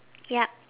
ya